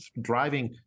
driving